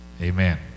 Amen